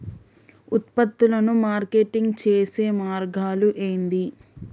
ఉత్పత్తులను మార్కెటింగ్ చేసే మార్గాలు ఏంది?